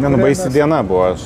ne nu baisi diena buvo